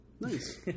Nice